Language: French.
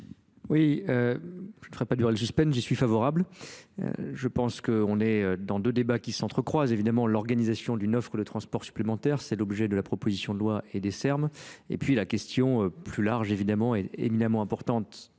Quel est votre avis? Oui, euh. J'y suis favorable, je pense qu'on est dans deux débats qui s'entrecroisent, évidemment, l'organisation d'une offre de transport supplémentaire c'est l'objet de la proposition de loi et des Ser Mes et puis la question plus large évidemment est évidemment importante